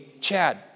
Chad